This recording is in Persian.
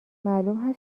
معلوم